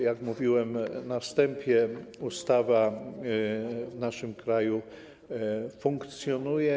Jak mówiłem na wstępie, ustawa w naszym kraju funkcjonuje.